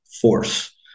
force